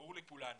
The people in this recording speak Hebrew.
ברור לכולנו